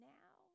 now